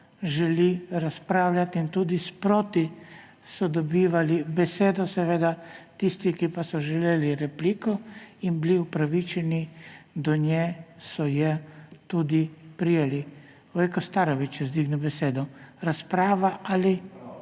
želi razpravljati. In tudi sproti so dobivali besedo, seveda tisti, ki so pa želeli repliko in bili upravičeni do nje, so jo tudi prejeli. Vojko Starović želi besedo. Razprava ali